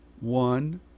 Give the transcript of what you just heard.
one